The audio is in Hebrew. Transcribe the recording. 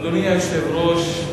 אדוני היושב-ראש,